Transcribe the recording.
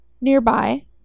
nearby